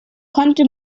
konnte